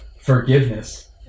forgiveness